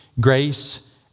grace